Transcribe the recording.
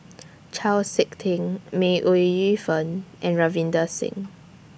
Chau Sik Ting May Ooi Yu Fen and Ravinder Singh